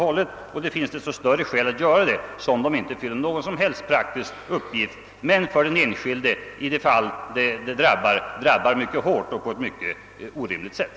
Det finns desto större skäl att göra det som de inte fyller någon som helst praktisk uppgift men kan drabba den enskilde mycket hårt och på ett orimligt sätt.